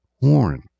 horn